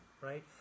right